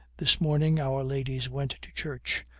this morning our ladies went to church,